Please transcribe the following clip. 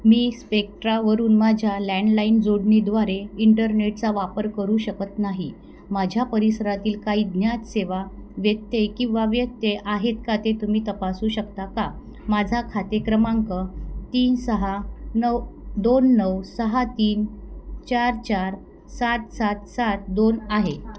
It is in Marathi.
मी स्पेक्ट्रावरून माझ्या लँडलाईन जोडणीद्वारे इंटरनेटचा वापर करू शकत नाही माझ्या परिसरातील काही ज्ञात सेवा व्यत्यय किंवा व्यत्यय आहेत का ते तुम्ही तपासू शकता का माझा खाते क्रमांक तीन सहा नऊ दोन नऊ सहा तीन चार चार सात सात सात दोन आहे